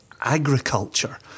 agriculture